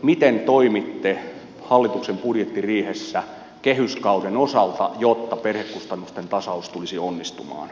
miten toimitte hallituksen budjettiriihessä kehyskauden osalta jotta perhekustannusten tasaus tulisi onnistumaan